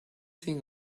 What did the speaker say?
think